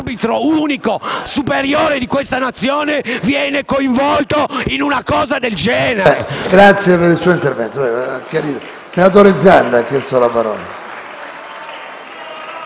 ringrazio per il suo intervento.